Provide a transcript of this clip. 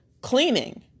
cleaning